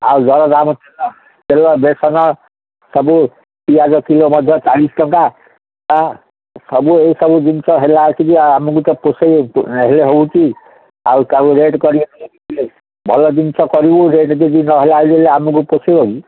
ଆଉ ଦରଦାମ ତେଲ ତେଲ ବେସନ ସବୁ ପିଆଜ କିଲୋ ମଧ୍ୟ ଚାଳିଶ ଟଙ୍କା ସବୁ ଏଇ ସବୁ ଜିନିଷ ହେଲା ଆଉ ଆମକୁ ତ ପୋଷେଇ ହେଲେ ହେଉଛି ଆଉ ତାକୁ ରେଟ୍ କରିବା ଭଲ ଜିନିଷ କରିବୁ ରେଟ୍ ଯଦି ନହଲେ ଆଲେ ଆମକୁ ପୋଷେଇବ କିି